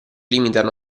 limitano